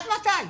עד מתי?